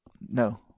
No